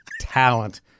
talent